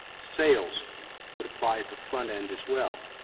sales would apply at the front end as well.